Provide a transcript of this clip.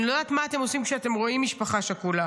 אני לא יודעת מה אתם עושים כשאתם רואים משפחה שכולה,